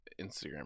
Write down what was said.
Instagram